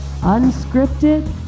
Unscripted